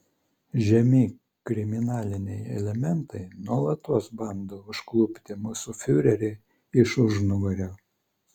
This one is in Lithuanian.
žemi kriminaliniai elementai nuolatos bando užklupti mūsų fiurerį iš užnugario